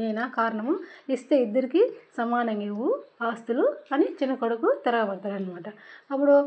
నేనా కారణము ఇస్తే ఇద్దరికీ సమానంగా ఇవ్వు ఆస్తులు అని చిన్న కొడుకు తిరగబడుతాడు అన్నమాట అప్పుడు